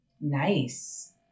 Nice